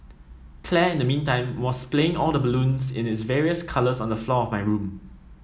Claire in the meantime was splaying all the balloons in its various colours on the floor of my room